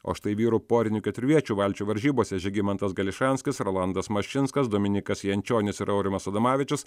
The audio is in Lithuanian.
o štai vyrų porinių keturviečių valčių varžybose žygimantas gališanskis rolandas maščinskas dominykas jančionis ir aurimas adomavičius